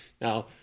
Now